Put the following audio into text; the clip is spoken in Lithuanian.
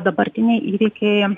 dabartiniai įvykiai